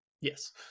Yes